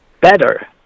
better